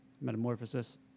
Metamorphosis